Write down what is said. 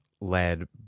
led